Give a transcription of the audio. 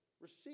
receive